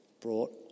brought